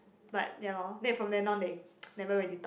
but ya loh then from then on they never really talk